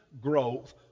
growth